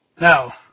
Now